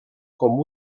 com